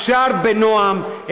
אפשר בנועם,